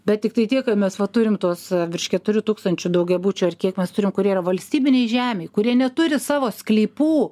bet tiktai tiek mes va turim tuos virš keturių tūkstančių daugiabučių ar kiek mes turim kurie yra valstybinėj žemėj kurie neturi savo sklypų